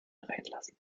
hereinlassen